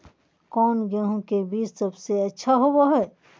कौन गेंहू के बीज सबेसे अच्छा होबो हाय?